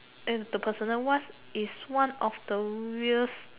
the personal what is one of the weirdest